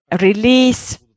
release